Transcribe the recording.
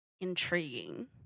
intriguing